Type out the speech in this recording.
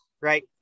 right